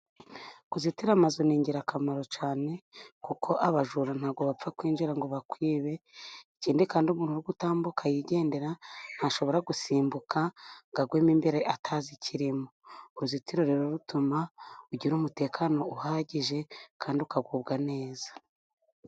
Kuzitira amazu ni ingirakamaro cyane, kuko abajura nta bwo bapfa kwinjira ngo bakwibe. Ikindi kandi umuntu uri gutambuka yigendera, ntashobora gusimbuka ngo agwemo imbere atazi ikirimo. Uruzitiro rero rutuma ugira umutekano uhagije, kandi ukagubwa neza.